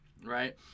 Right